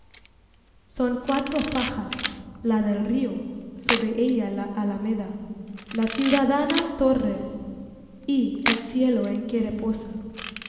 son cuatro fajas la del río sobre ella la alameda la ciudadana torre y el cielo en que